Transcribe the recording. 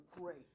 great